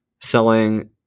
selling